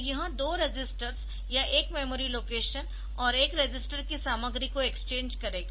यह दो रजिस्टर्स या एक मेमोरी लोकेशन और एक रजिस्टर की सामग्री को एक्सचेंज करेगा